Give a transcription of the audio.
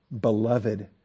Beloved